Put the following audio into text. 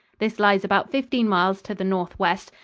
this lies about fifteen miles to the northwest,